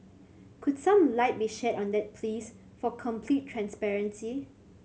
could some light be shed on that please for complete transparency